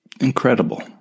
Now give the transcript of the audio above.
incredible